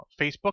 Facebook